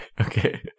okay